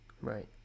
Right